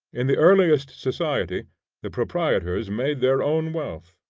in the earliest society the proprietors made their own wealth,